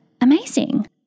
amazing